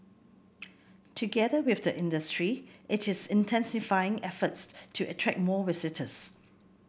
together with the industry it is intensifying efforts to attract more visitors